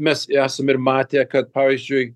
mes esam ir matę kad pavyzdžiui